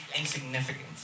insignificant